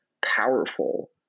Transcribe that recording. powerful